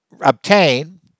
obtain